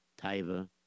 Taiva